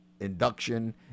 Induction